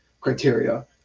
criteria